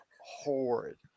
horrid